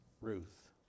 Ruth